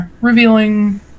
revealing